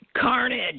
Carnage